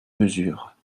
mesure